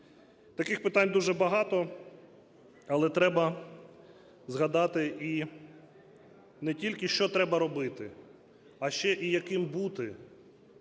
Таких питань дуже багато. Але треба згадати і не тільки що треба робити, а ще і яким бути